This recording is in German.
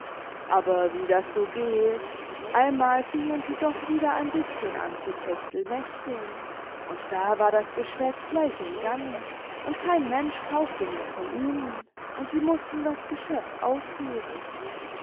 aber wie das so geht einmal fingen sie doch wieder ein bißchen an zu techtelmechteln und da war das geschwätz gleich im gange und kein mensch kaufte mehr von ihnen und sie mußten das geschäft aufgeben